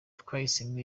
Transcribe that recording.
twahisemo